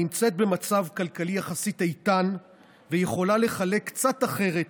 נמצאת במצב כלכלי יחסית איתן ויכולה לחלק קצת אחרת